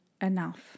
enough